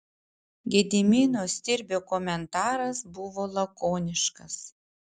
gedimino stirbio komentaras buvo lakoniškas